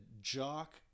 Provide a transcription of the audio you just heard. jock